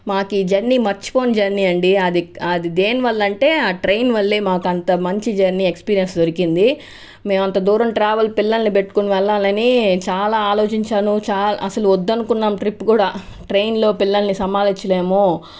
మాకు జర్నీ మరచిపోని జర్నీ అండి అది దేనివల్ల అంటే ఆ ట్రైన్ వల్లే మాకు అంత మంచి జర్నీ ఎక్స్పీరియన్స్ దొరికింది మేము అంత దూరం ట్రావెల్ పిల్లల్ని పెట్టుకొని వెళ్లాలని చాలా ఆలోచించాను చాలా అసలు వద్దనుకున్నాం ట్రిప్ కూడా ట్రైన్ లో పిల్లల్ని సంభాలించలేము